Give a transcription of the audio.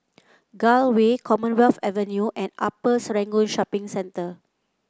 Gul Way Commonwealth Avenue and Upper Serangoon Shopping Center